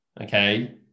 Okay